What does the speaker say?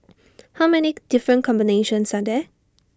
how many different combinations are there